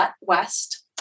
West